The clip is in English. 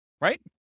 right